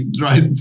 right